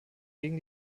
gegen